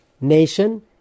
nation